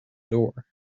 door